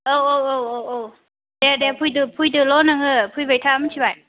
औ औ औ औ औ दे दे फैदो फैदोल' नोङो फैबाय था मिन्थिबाय